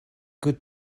good